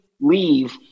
leave